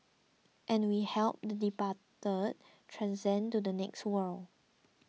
and we help the departed transcend to the next world